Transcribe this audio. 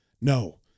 No